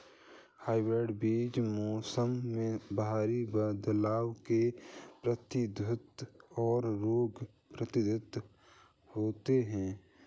hybrid बीज मौसम में भारी बदलाव के प्रतिरोधी और रोग प्रतिरोधी होते हैं